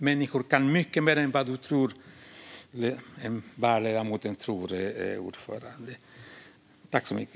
Människor kan mycket mer än vad ledamoten tror, fru talman.